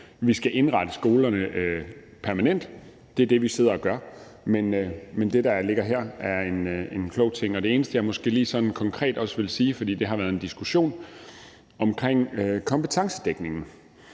vi skal indrette skolerne permanent, og det er det, vi sidder og gør. Men det, der ligger her, er en klog ting, og det eneste, jeg måske også lige sådan konkret vil sige, fordi det har været en diskussion, er det omkring kompetencedækningen.